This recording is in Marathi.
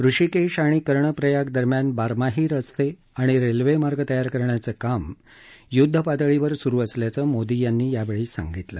ऋषिकेश आणि कर्णप्रयाग दरम्यान बारमाही रस्ते आणि रेल्वेमार्ग तयार करण्याचं काम य्द्धपातळीवर स्रु असल्याचं मोदी यावेळी म्हणाले